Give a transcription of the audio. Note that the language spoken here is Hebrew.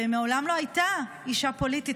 והיא מעולם לא הייתה אישה פוליטית,